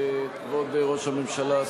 כבוד ראש הממשלה,